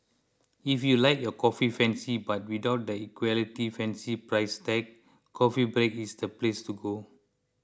if you like your coffee fancy but without the equality fancy price tag Coffee Break is the place to go